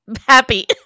happy